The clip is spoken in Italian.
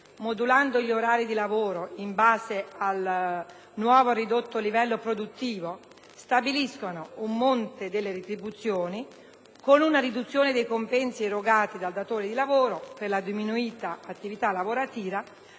modulando gli orari di lavoro in base al nuovo ridotto livello produttivo, stabiliscano un monte delle retribuzioni con una riduzione dei compensi erogati dal datore di lavoro per la diminuita attività lavorativa